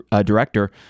director